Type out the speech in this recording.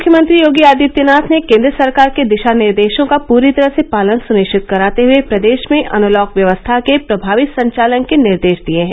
मुख्यमंत्री योगी आदित्यनाथ ने केंद्र सरकार के दिशानिर्देशों का पूरी तरह से पालन सुनिश्चित कराते हुए प्रदेश में अनलॉक व्यवस्था के प्रमावी संचालन के निर्देश दिए हैं